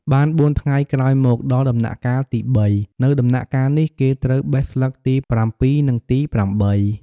បានបួនថ្ងៃក្រោយមក ដល់ដំណាក់កាលទី៣ នៅដំណាក់កាលនេះ គេត្រូវបេះស្លឹកទី៧ និងទី៨។